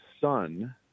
son